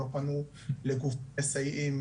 לא פנו לגופים מסייעים